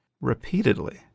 repeatedly